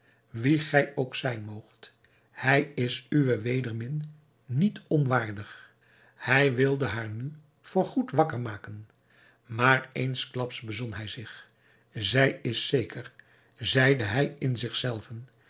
wie gij ook zijn moogt hij is uwe wedermin niet onwaardig hij wilde haar nu voor goed wakker maken maar eensklaps bezon hij zich zij is zeker zeide hij in zich zelven